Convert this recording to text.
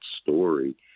story